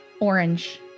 orange